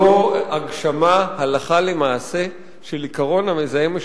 זו הגשמה הלכה למעשה של עקרון המזהם,